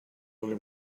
only